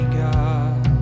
god